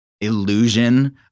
illusion